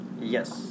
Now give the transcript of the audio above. Yes